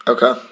Okay